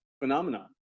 phenomenon